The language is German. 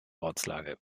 ortslage